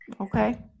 okay